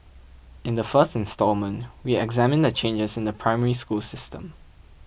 in the first installment we examine the changes in the Primary School system